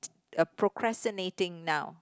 uh procrastinating now